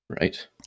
right